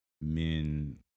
men